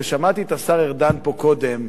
ושמעתי את השר ארדן פה קודם,